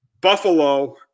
Buffalo